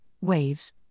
waves